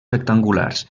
rectangulars